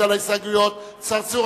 צרצור?